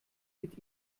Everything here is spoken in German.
mit